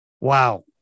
Wow